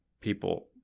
people